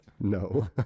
no